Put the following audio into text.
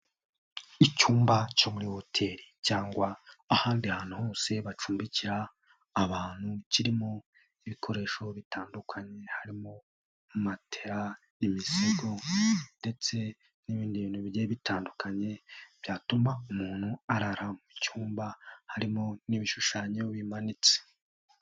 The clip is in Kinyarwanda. Icyumba cyo muri hoteli cyangwa ahandi hantu hose bacumbikira abantu kirimo ibikoresho bitandukanye, harimo matera, imisego ndetse n'ibindi bintu bigiye bitandukanye, byatuma umuntu arara mu cyumba, harimo n'ibishushanyo bimanitse.